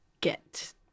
get